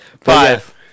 Five